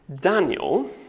Daniel